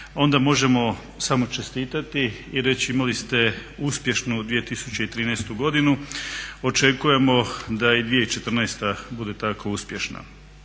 onda možemo samo čestitati i reći imali ste uspješnu 2013. godinu. Očekujemo da i 2014. bude tako uspješna.